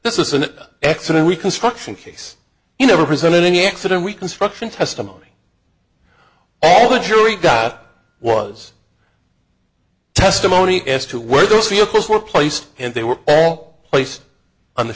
this is an accident reconstruction case you never presented any accident reconstruction testimony all the jury got was testimony as to where those vehicles were placed and they were all placed on the